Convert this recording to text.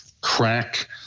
crack